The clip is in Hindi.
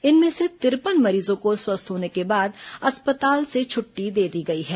इनमें से तिरपन मरीजों को स्वस्थ होने के बाद अस्पताल से छुट्टी दे दी गई है